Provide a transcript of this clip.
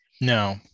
No